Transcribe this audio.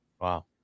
wow